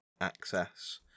access